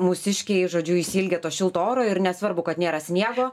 mūsiškiai žodžiu išsiilgę to šilto oro ir nesvarbu kad nėra sniego